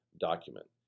document